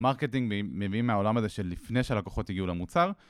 מרקטינג מביאים מהעולם הזה שלפני שהלקוחות הגיעו למוצר.